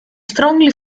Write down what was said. strongly